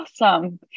awesome